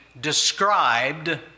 described